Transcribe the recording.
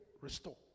restore